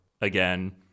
again